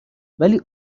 ولی